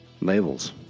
labels